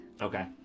Okay